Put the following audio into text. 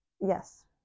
Yes